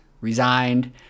resigned